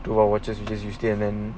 with our vouchers we still an end